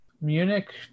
Munich